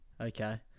Okay